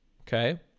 Okay